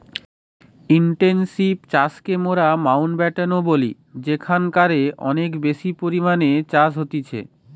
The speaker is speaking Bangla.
ইনটেনসিভ চাষকে মোরা মাউন্টব্যাটেন ও বলি যেখানকারে অনেক বেশি পরিমাণে চাষ হতিছে